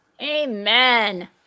Amen